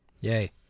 Yay